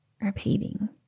repeating